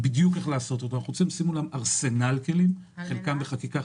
אנחנו מייצרים ארסנל כלים שחלקם בחקיקה,